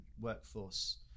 workforce